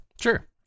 Sure